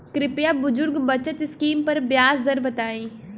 कृपया बुजुर्ग बचत स्किम पर ब्याज दर बताई